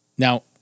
Now